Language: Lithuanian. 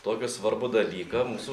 tokį svarbų dalyką mūsų